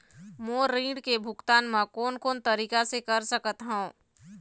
मोर ऋण के भुगतान म कोन कोन तरीका से कर सकत हव?